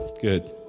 Good